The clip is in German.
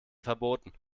verboten